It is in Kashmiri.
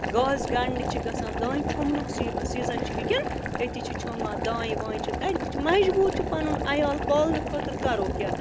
گاسہٕ گنٛڈنہِ چھِ گژھان دانہِ چھۄنٛمبنُک سیٖزَن چھِ وٕنۍنکٮ۪ن أتی چھِ چھۄنٛمبان دانہِ وانہِ چھِ تَتہِ وٕچھ مجبوٗر چھِ پَنُن عیال پالنہٕ خٲطرٕ کَرو کیٛاہ